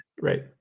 right